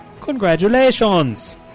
congratulations